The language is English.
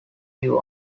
your